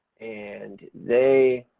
and they